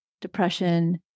depression